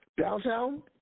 downtown